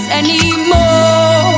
anymore